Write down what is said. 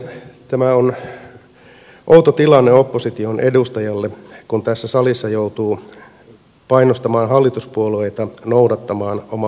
tämä on outo tilanne opposition edustajalle kun tässä salissa joutuu painostamaan hallituspuolueita noudattamaan omaa hallitusohjelmaansa